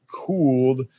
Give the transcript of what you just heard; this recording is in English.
cooled